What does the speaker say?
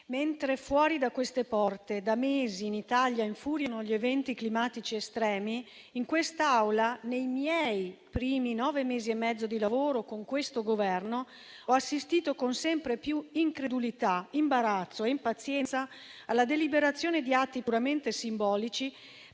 mentre fuori da queste porte da mesi in Italia infuriano eventi climatici estremi, in questa Aula, nei miei primi nove mesi e mezzo di lavoro con questo Governo, ho assistito con sempre più incredulità, imbarazzo e impazienza alla deliberazione di atti puramente simbolici,